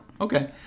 Okay